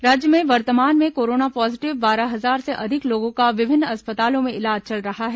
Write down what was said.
राज्य में वर्तमान में कोरोना पॉजीटिव बारह हजार से अधिक लोगों का विभिन्न अस्पतालों में इलाज चल रहा है